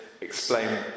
explain